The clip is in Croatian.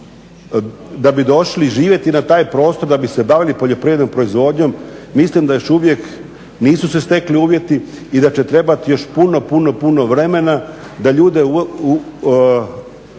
da bi došli živjeti na taj prostor, da bi se bavili poljoprivrednom proizvodnjom mislim da još uvijek nisu se stekli uvjeti i da će trebati još puno, puno vremena da ljude